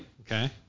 Okay